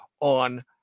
on